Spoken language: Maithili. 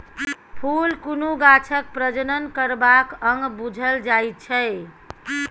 फुल कुनु गाछक प्रजनन करबाक अंग बुझल जाइ छै